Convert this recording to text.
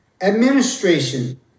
administration